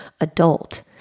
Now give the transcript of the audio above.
adult